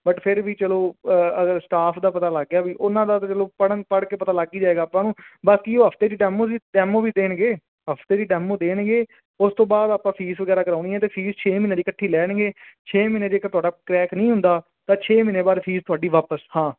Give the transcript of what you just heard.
but ਫਿਰ ਵੀ ਚਲੋ ਅਗਰ ਸਟਾਫ ਦਾ ਪਤਾ ਲੱਗ ਗਿਆ ਵੀ ਉਹਨਾਂ ਦਾ ਤਾਂ ਚੱਲੋ ਪੜ੍ਹਨ ਪੜ੍ਹ ਕੇ ਪਤਾ ਲੱਗ ਹੀ ਜਾਵੇਗਾ ਆਪਾਂ ਨੂੰ ਬਾਕੀ ਉਹ ਹਫ਼ਤੇ ਦੀ ਡੈਮੋ ਵੀ ਡੈਮੋ ਵੀ ਦੇਣਗੇ ਹਫ਼ਤੇ ਦੀ ਡੈਮੋ ਦੇਣਗੇ ਉਸ ਤੋਂ ਬਾਅਦ ਆਪਾਂ ਫੀਸ ਵਗੈਰਾ ਕਰਵਾਉਣੀ ਹੈ ਅਤੇ ਫੀਸ ਛੇ ਮਹੀਨੇ ਦੀ ਇਕੱਠੀ ਲੈਣਗੇ ਛੇ ਮਹੀਨੇ 'ਚ ਜੇਕਰ ਤੁਹਾਡਾ ਕਰੈਕ ਨਹੀਂ ਹੁੰਦਾ ਤਾਂ ਛੇ ਮਹੀਨੇ ਬਾਅਦ ਫੀਸ ਤੁਹਾਡੀ ਵਾਪਿਸ ਹਾਂ